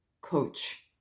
coach